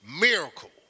miracle